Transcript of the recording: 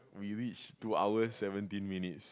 we reach two hours seventeen minutes